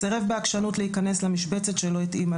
סירב בעקשנות להיכנס למשבצת שלא התאימה